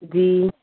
ਜੀ